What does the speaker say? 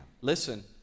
Listen